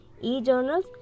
e-journals